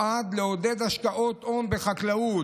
והוא נועד לעודד ההשקעות הון בחקלאות.